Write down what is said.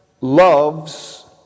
loves